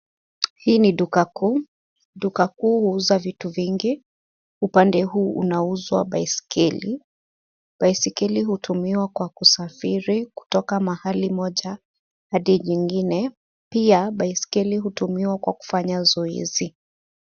Hii ni duka kuu. Duka kuu huuza vitu vingi. Upande huu unauzwa baiskeli. Baiskeli hutumiwa kwa kusafiri kutoka mahali moja hadi jingine. Pia, baiskeli hutumiwa kwa kufanya zoezi.